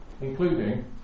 Including